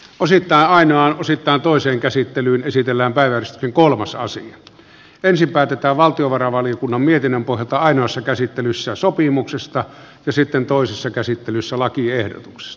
osittain on osittain toiseen käsittelyyn esitellään päiväys ja kolmas saisin ensin päätetään valtiovarainvaliokunnan mietinnön pohjalta ainoassa käsittelyssä sopimuksesta ja sitten toisessa käsittelyssä lakiehdotuks